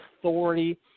authority